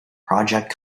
project